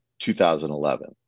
2011